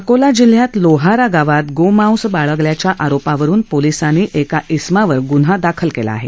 अकोला जिल्ह्यात लोहारा गावात गोमांस बाळगल्याच्या आरोपावरून पोलिसांनी एका इसमावर गुन्हा दाखल केला आहे